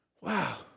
Wow